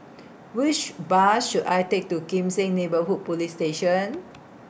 Which Bus should I Take to Kim Seng Neighbourhood Police Station